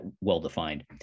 well-defined